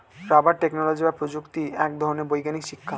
rubber technology বা প্রযুক্তি এক ধরনের বৈজ্ঞানিক শিক্ষা